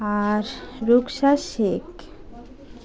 আর Rupsa Sheikh